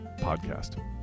podcast